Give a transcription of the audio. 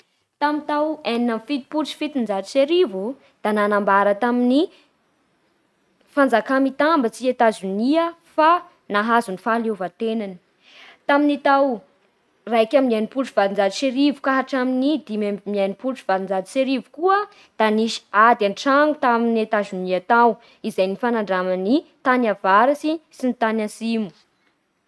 Tamin'ny tao enina amby fitopolo sy fitonjato sy arivo da nanambara tamin'ny fanjakà mitambatsy i Etazonia fa nahazo ny fahaleovan-tenany. Tamin'ny tao raika amby enimpolo sy valonjato sy arivo ka hatramin'ny dimy amby enimpolo sy valonjato sy arivo koa da nisy ady an-tragno tao amin'i Etazonia tao izay nifanandraman'ny tany avaratsy sy ny tany atsimo.